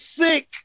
sick